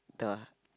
the